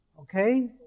Okay